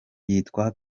yitwa